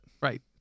Right